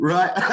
Right